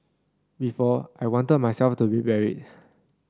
before I wanted myself to be buried